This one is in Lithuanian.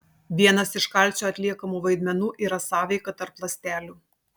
vienas iš kalcio atliekamų vaidmenų yra sąveika tarp ląstelių